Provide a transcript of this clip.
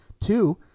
Two